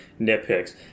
nitpicks